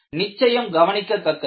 அது நிச்சயம் கவனிக்கத்தக்கது